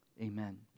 Amen